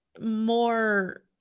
more